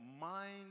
Mind